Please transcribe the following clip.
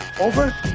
Over